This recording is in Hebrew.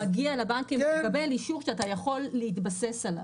אתה מגיע לבנק, תקבל אישור שאתה יכול להתבסס עליו.